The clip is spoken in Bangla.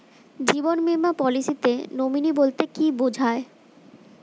জীবন বীমা পলিসিতে নমিনি বলতে কি বুঝায়?